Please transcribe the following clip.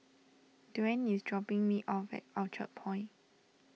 Dwaine is dropping me off at Orchard Point